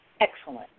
excellent